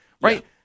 right